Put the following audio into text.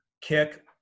kick